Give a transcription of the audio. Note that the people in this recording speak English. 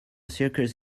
circus